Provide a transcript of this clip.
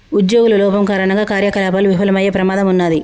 ఉజ్జోగుల లోపం కారణంగా కార్యకలాపాలు విఫలమయ్యే ప్రమాదం ఉన్నాది